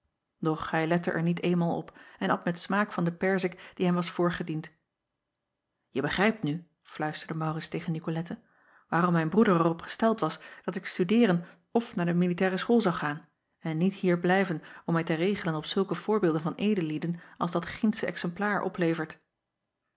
och hij lette er niet eenmaal op en at met smaak van de perzik die hem was voorgediend e begrijpt nu fluisterde aurits tegen icolette waarom mijn broeder er op gesteld was dat ik studeeren of naar de militaire school zou gaan en niet hier blijven om mij te regelen op zulke voorbeelden van edellieden als dat gindsche exemplaar oplevert